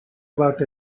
about